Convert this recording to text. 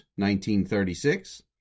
1936